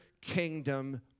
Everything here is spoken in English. kingdom